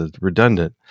redundant